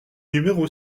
numéro